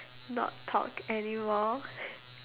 not talk anymore